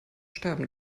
sterben